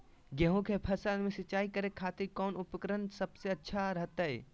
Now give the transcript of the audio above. गेहूं के फसल में सिंचाई करे खातिर कौन उपकरण सबसे अच्छा रहतय?